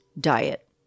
diet